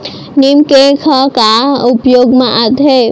नीम cake ह का उपयोग मा आथे?